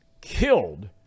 killed